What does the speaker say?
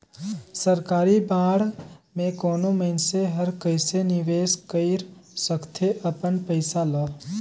सरकारी बांड में कोनो मइनसे हर कइसे निवेश कइर सकथे अपन पइसा ल